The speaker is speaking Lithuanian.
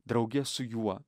drauge su juo